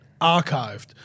archived